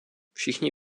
všichni